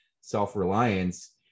self-reliance